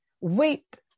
Wait